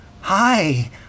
Hi